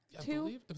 two